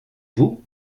vous